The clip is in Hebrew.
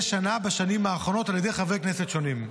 שנה בשנים האחרונות על ידי חברי כנסת שונים.